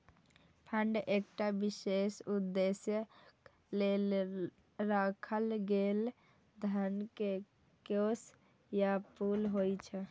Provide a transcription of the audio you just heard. fund एकटा विशेष उद्देश्यक लेल राखल गेल धन के कोष या पुल होइ छै